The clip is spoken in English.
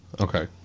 Okay